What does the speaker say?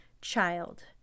child